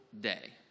day